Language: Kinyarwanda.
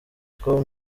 two